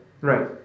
Right